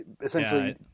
essentially